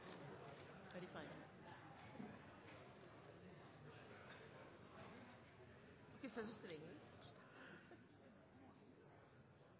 det vi ser, så